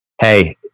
hey